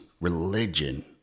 religion